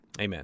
Amen